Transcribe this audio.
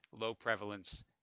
low-prevalence